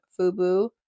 FUBU